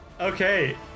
Okay